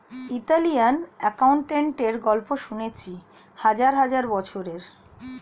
Italian অ্যাকাউন্টেন্টের গল্প শুনেছি হাজার হাজার বছরের